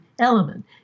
element